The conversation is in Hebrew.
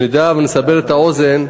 שנדע ונסבר את האוזן,